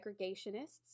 segregationists